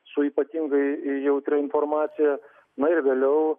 su ypatingai jautria informacija na ir vėliau